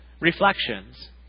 reflections